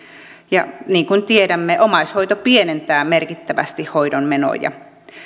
ja niin kuin tiedämme omaishoito pienentää merkittävästi hoidon menoja